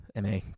ma